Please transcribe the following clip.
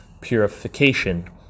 purification